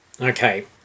Okay